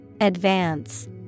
Advance